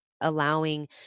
allowing